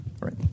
right